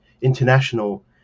international